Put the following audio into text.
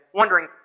wondering